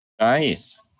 Nice